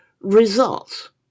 results